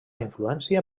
influència